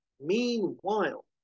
Meanwhile